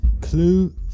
Clue